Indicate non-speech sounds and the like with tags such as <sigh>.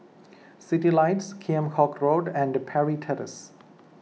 Citylights Kheam Hock Road and Parry <unintelligible>